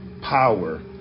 power